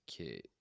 okay